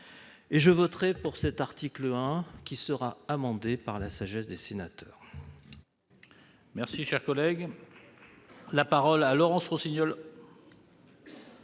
et je voterai cet article 1, qui sera amendé par la sagesse des sénateurs.